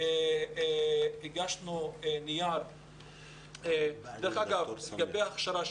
דרך אגב, לגבי ההכשרה.